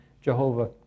Jehovah